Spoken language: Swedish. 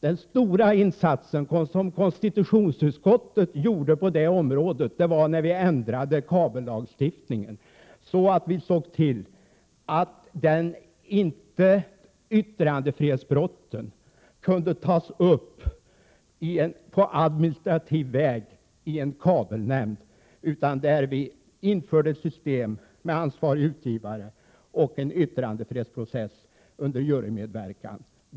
Den största insats konstitutionsutskottet gjorde på det området var att vi när vi ändrade kabellagstiftningen såg till att yttrandefrihetsbrotten inte kunde tas upp på administrativ väg i en kabelnämnd utan i stället införde ett system med ansvarig utgivare och en yttrandefrihetsprocess under jurymedverkan.